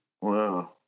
Wow